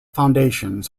foundations